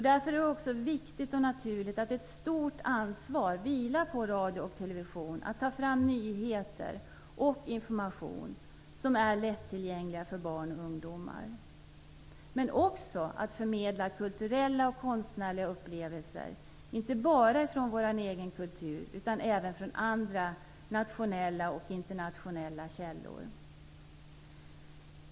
Därför är det viktigt och naturligt att ett stort ansvar vilar på radio och television för att ta fram nyheter och information som är lättillgängliga för barn och ungdomar, men också för att förmedla kulturella och konstnärliga upplevelser, inte bara från vår egen kultur utan även från andra nationella och internationella källor.